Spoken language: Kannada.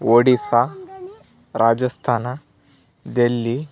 ಒಡಿಸ್ಸಾ ರಾಜಸ್ಥಾನ ದೆಲ್ಲಿ